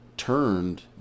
turned